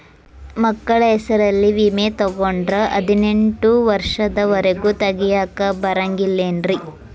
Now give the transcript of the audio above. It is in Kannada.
ಮಕ್ಕಳ ಹೆಸರಲ್ಲಿ ವಿಮೆ ತೊಗೊಂಡ್ರ ಹದಿನೆಂಟು ವರ್ಷದ ಒರೆಗೂ ತೆಗಿಯಾಕ ಬರಂಗಿಲ್ಲೇನ್ರಿ?